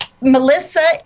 Melissa